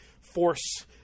force